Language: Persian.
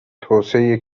توسعه